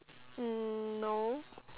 um no